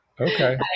Okay